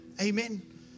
Amen